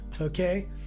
Okay